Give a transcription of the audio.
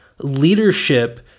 leadership